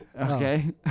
Okay